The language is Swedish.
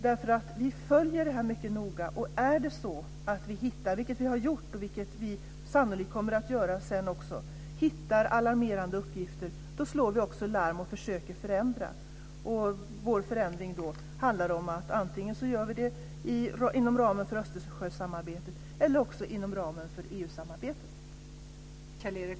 Vi följer nämligen detta mycket noga, och är det så att vi hittar - vilket vi har gjort och vilket vi sannolikt kommer att göra senare också - alarmerande uppgifter slår vi larm och försöker förändra. Vår förändring handlar om att vi gör det antingen inom ramen för Östersjösamarbetet eller också inom ramen för EU-samarbetet.